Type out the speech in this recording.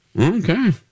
Okay